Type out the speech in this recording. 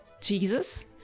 Jesus